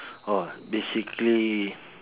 oh basically